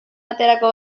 aterako